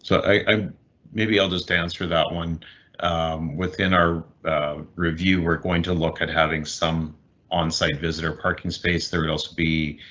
so i'm maybe i'll just dance for that one within our review. we're going to look at having some on site visitor parking space. there would also be